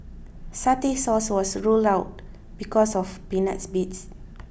satay sauce was ruled out because of peanut bits